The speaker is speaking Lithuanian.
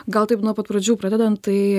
gal taip nuo pat pradžių pradedan tai